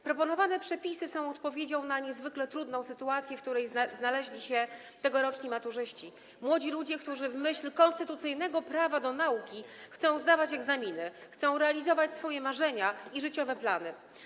Proponowane przepisy są odpowiedzią na niezwykle trudną sytuację, w której znaleźli się tegoroczni maturzyści, młodzi ludzie, którzy w myśl konstytucyjnego prawa do nauki chcą zdawać egzaminy, chcą realizować swoje marzenia i życiowe plany.